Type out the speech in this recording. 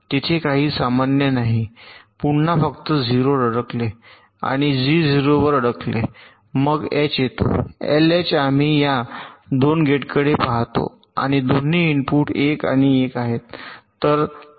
तेथे काहीही सामान्य नाही पुन्हा फक्त 0 वर अडकले आणि जी 0 वर अडकले मग एच येतो LH आम्ही या आणि गेटकडे पहातो आणि दोन्ही इनपुट 1 आणि 1 आहेत